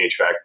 HVAC